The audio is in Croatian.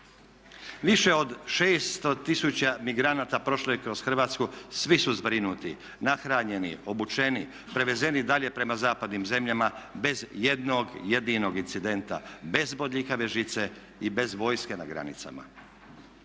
Više od 600 tisuća migranata prošlo je kroz Hrvatsku svi su zbrinuti, nahranjeni, obučeni, prevezeni dalje prema zapadnim zemljama bez jednog jedinog incidenta, bez bodljikave žice i bez vojske na granicama.